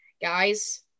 guys